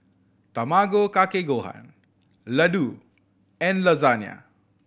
Tamago Kake Gohan Ladoo and Lasagna